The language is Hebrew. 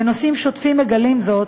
בנושאים שוטפים מגלים זאת,